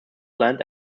land